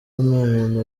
umuntu